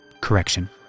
correction